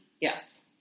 Yes